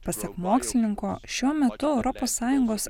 pasak mokslininko šiuo metu europos sąjungos